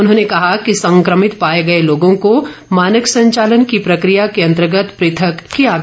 उन्होंने कहा कि संक्रमित पाए गए लोगों को मानक संचालन की प्रकिया के अंतर्गत पृथक किया गया